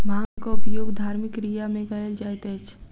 भांगक उपयोग धार्मिक क्रिया में कयल जाइत अछि